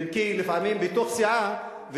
אם כי לפעמים בתוך סיעה,